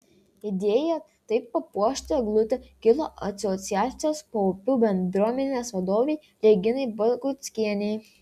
idėja taip papuošti eglutę kilo asociacijos paupių bendruomenės vadovei reginai baguckienei